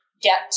get